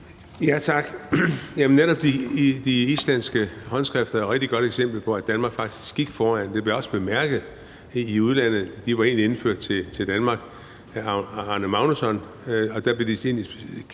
Tak. Netop de islandske håndskrifter er et rigtig godt eksempel på, at Danmark faktisk gik foran, og det blev også bemærket i udlandet. De var egentlig indført til Danmark